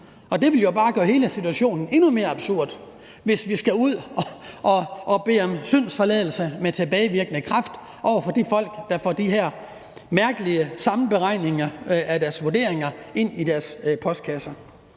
Det ville jo bare gøre hele situationen endnu mere absurd, hvis vi skulle ud at bede de folk, der får de her mærkelige sammenberegninger af deres vurderinger ind i deres postkasser,